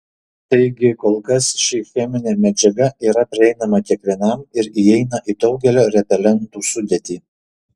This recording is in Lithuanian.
taigi kol kas ši cheminė medžiaga yra prieinama kiekvienam ir įeina į daugelio repelentų sudėtį